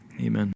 amen